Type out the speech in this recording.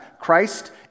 Christ